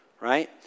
right